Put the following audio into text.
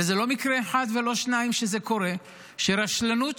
וזה לא מקרה אחד ולא שניים שזה קורה, של רשלנות.